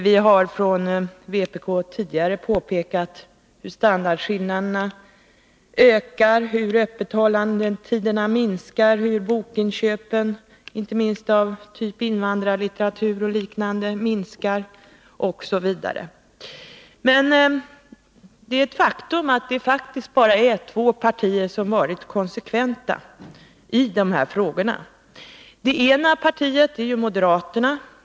Vi har från vpk tidigare påpekat hur standardskillnaderna ökar, hur öppethållandetiderna minskar, hur bokinköpen, inte minst av typ invandrarlitteratur och liknande, minskar osv. Det är ett faktum att det bara är två partier som varit konsekventa i de här frågorna. Det ena partiet är moderaterna.